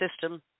system